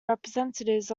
representatives